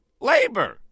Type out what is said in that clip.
labor